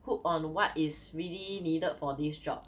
put on what is really needed for this job